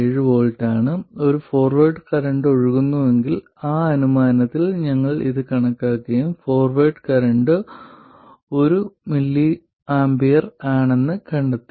7 V ആണ് ഒരു forward current ഒഴുകുന്നുവെങ്കിൽ ആ അനുമാനത്തിൽ ഞങ്ങൾ ഇത് കണക്കാക്കുകയും ഫോർവേഡ് കറന്റ് 1 mA ആണെന്ന് കണ്ടെത്തി